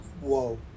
whoa